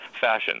fashion